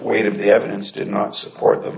weight of the evidence did not support of